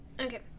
Okay